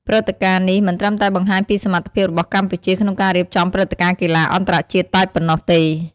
ព្រឹត្តិការណ៍នេះមិនត្រឹមតែបង្ហាញពីសមត្ថភាពរបស់កម្ពុជាក្នុងការរៀបចំព្រឹត្តិការណ៍កីឡាអន្តរជាតិតែប៉ុណ្ណោះទេ។